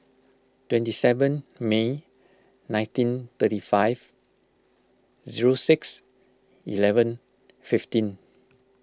twenty seven May nineteen thirty five zero six eleven fifteen